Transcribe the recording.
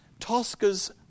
Tosca's